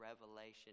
Revelation